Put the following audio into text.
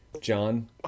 John